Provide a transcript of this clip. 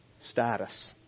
status